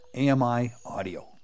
AMI-audio